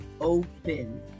open